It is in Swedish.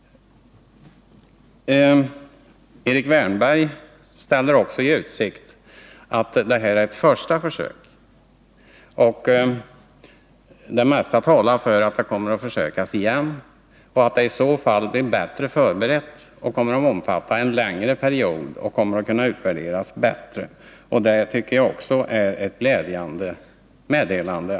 Erik Wärnberg ställer också i utsikt att vad vi nu diskuterar är ett första försök och att det mesta talar för att det kommer att göras flera försök, som i så fall kommer att vara bättre förberedda, omfatta en längre period och utvärderas bättre. Att han uppfattar saken så tycker jag också är ett glädjande meddelande.